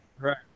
Right